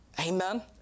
Amen